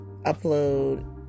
upload